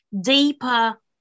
deeper